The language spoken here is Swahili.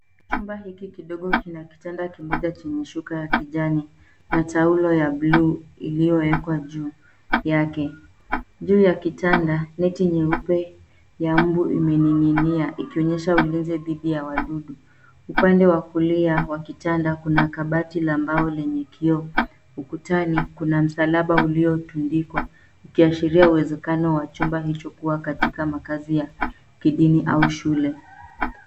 Chumba hiki kidogo kina kitanda kimoja chenye shuka ya kijani na taulo ya blue iliyowekwa juu yake. Juu ya kitanda, neti nyeupe ya mbu imening'inia ikionyesha ulinzi dhidi ya wadudu. Upande wa kulia wa kitanda kuna kabati la mbao lenye kioo. Ukutani kuna msalaba uliotundikwa ukiashiria uwezekano wa chumba hicho kuwa katika makazi ya kidini au shule.